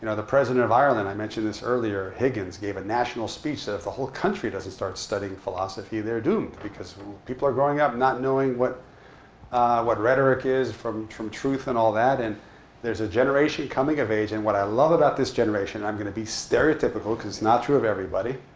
the president of ireland, i mentioned this earlier, higgins, gave a national speech if the whole country doesn't start studying philosophy, they're doomed. because people are growing up not knowing what what rhetoric is from from truth, and all that. and there's a generation coming of age in what i love about this generation, and i'm going to be stereotypical, because it's not true of everybody,